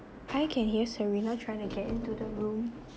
I can hear serena trying to get into the room